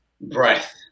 breath